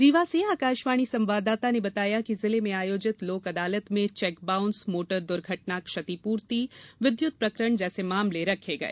रीवा से आकाशवाणी संवाददाता ने बताया है कि जिले में आयोजित लोक अदालत में चेक बाउंस मोटर दुर्घटना क्षतिपूर्ति विद्युत प्रकरण जैसे मामले रखे गये